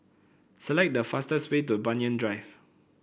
select the fastest way to Banyan Drive